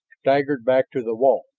staggered back to the wall.